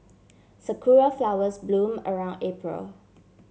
sakura flowers bloom around April